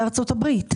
בארצות הברית.